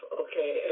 okay